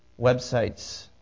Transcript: websites